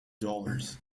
dollars